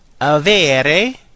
Avere